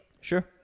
sure